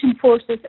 forces